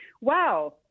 wow